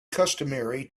customary